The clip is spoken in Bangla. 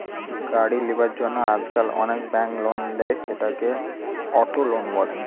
গাড়ি লিবার জন্য আজকাল অনেক বেঙ্ক লোন দেয়, সেটাকে অটো লোন বলে